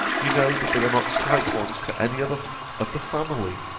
you know, that they are not slight ones to any other of the family